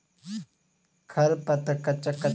खरपतवार को कैसे रोका जाए?